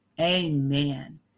Amen